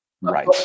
right